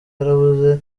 yarabuze